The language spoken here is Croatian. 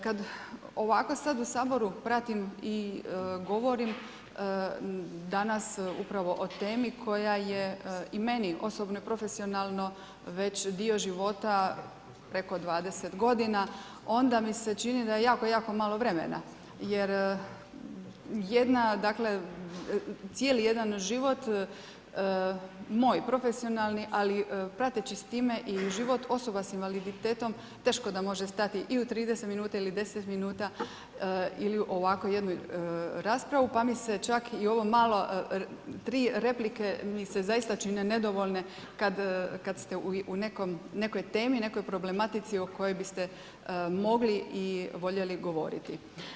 Kad ovako sad u Saboru pratim i govorim danas upravo o temi koja je i meni osobno i profesionalno već dio života, preko 20 godina, onda mi se čini da je jako malo vremena jer jedna dakle, cijeli jedan život moj profesionalni, ali prateći s time i život osoba s invaliditetom teško može stati i u 30 minuta ili 10 minuta ili u ovako jednu raspravu, pa mi se čak i ovo malo, tri replike mi se zaista čine nedovoljne kad ste u nekoj temi, nekoj problematici o kojoj biste mogli i voljeli govoriti.